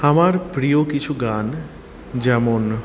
আমার প্রিয় কিছু গান যেমন